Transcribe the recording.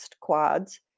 quads